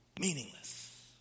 meaningless